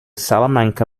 salamanca